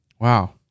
Wow